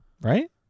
Right